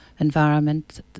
environment